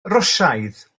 rwsiaidd